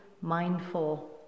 mindful